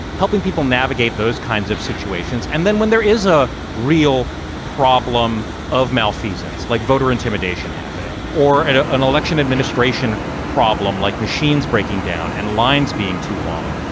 helping people navigate those kinds of situations. and then when there is a real problem of malfeasance like voter intimidation happening or at ah an election administration problem like machines breaking down and lines being too long,